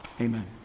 Amen